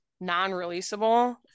non-releasable